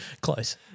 close